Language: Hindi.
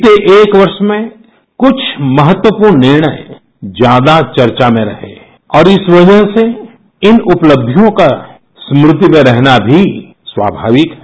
बीते एक वर्ष में कुछ महत्वपूर्ण निर्णय प्यादा वर्चा में रहे और इस वजह से इन उपलब्धियों का स्मृति में रहना भी बहुत स्वाभाविक है